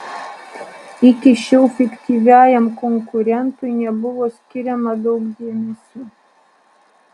iki šiol fiktyviajam konkurentui nebuvo skiriama daug dėmesio